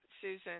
Susan